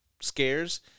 scares